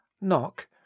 knock